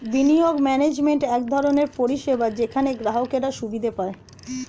বিনিয়োগ ম্যানেজমেন্ট এক ধরনের পরিষেবা যেখানে গ্রাহকরা সুবিধা পায়